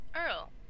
Earl